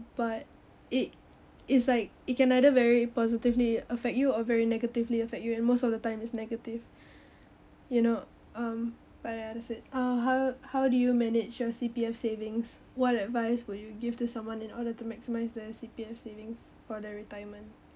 but it is like it can either very positively affect you or very negatively affect you and most of the time is negative you know um but yeah that's it uh how how do you manage your C_P_F savings what advice would you give to someone in order to maximize their C_P_F savings for their retirement